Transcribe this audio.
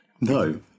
No